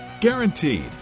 Guaranteed